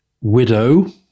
widow